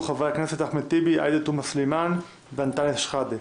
טיבי, עאידה תומא סלימאן, ואנטאנס שחאדה.